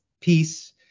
peace